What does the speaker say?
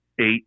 eight